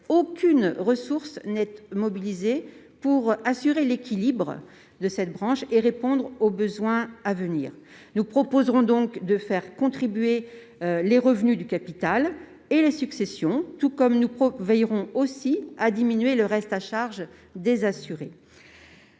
aucune ressource n'est mobilisée pour assurer l'équilibre de cette branche et répondre aux besoins à venir. Nous proposerons donc de faire contribuer les revenus du capital et les successions, tout comme nous veillerons aussi à diminuer le reste à charge des assurés.